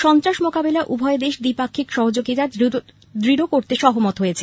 সন্ত্রাস মোকাবিলায় উভয় দেশ দ্বিপাক্ষিক সহযোগিতা দৃঢ়তর করতে সহমত হয়েছে